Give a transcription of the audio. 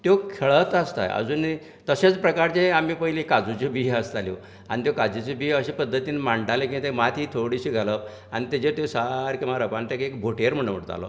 त्यो खेळत आसता आजुनूय तशेंच प्रकारचे आमी पयलीं काजुचो बियो आसताल्यो आनी त्यो काजूचे बियो अशे पद्दतीन मांडटाले की ते माती थोडिशी घालप आनी तेजेर त्यो सारक्यो मांडप आनी तेका एक घोटर म्हण उरतालो